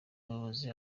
muyobozi